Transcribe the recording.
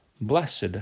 blessed